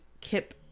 Kip